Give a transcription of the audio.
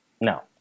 No